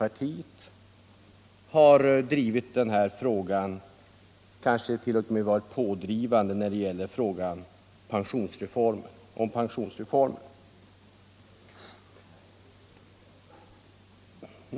Herr Ringaby var generös nog att erkänna att centerpartiet har varit pådrivande när det gäller den här pensionsreformen.